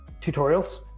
tutorials